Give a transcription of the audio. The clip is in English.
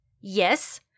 Yes